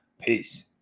Peace